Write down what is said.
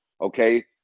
okay